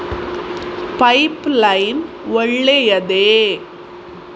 Pipe line ಒಳ್ಳೆಯದೇ?